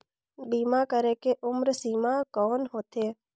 बीमा करे के उम्र सीमा कौन होथे?